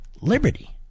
liberty